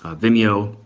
ah vimeo,